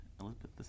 Elizabeth